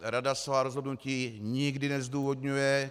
Rada svá rozhodnutí nikdy nezdůvodňuje.